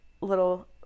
little